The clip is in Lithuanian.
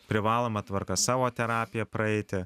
privaloma tvarka savo terapiją praeiti